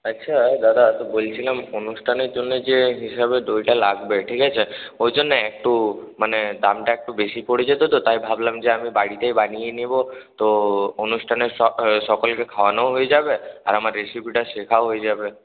আচ্ছা দাদা তো বলছিলাম অনুষ্ঠানের জন্যে যে হিসাবে দইটা লাগবে ঠিক আছে ওই জন্যে একটু মানে দামটা একটু বেশি পড়ে যেত তো তাই আমি ভাবলাম যে আমি বাড়িতেই বানিয়ে নেব তো অনুষ্ঠানে সকলকে খাওয়ানোও হয়ে যাবে আর আমার রেসিপিটা শেখাও হয়ে যাবে